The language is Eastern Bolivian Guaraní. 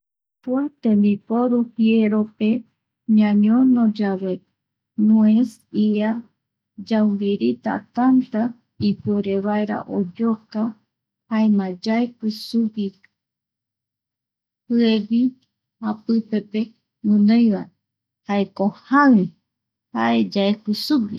Kua tembiporu jiero pe ñañono yave nues ia yaumbirita tanta ipuere vaera oyoka, jaema yaeki sugui, jiegui japipe guinoiva jaeko jai jae yaeki sugui.